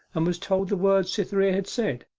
and was told the words cytherea had said,